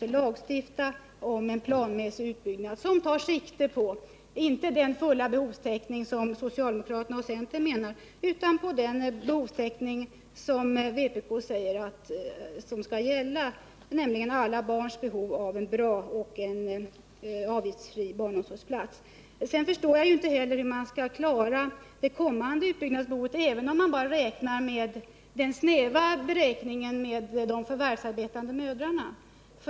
En lagstiftning om en planmässig utbyggnad av barnomsorgen skall inte syfta till den fulla behovstäckning som socialdemokraterna och centern avser, utan till den behovstäckning som vpk säger skall gälla, nämligen alla barns rätt till en bra och avgiftsfri barnomsorgsplats. Jag förstår inte heller hur man skall klara det kommande utbyggnadsbehovet ens med den snäva beräkningsgrund där man bara tar med de förvärvsarbetande mödrarna.